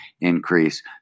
increase